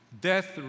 death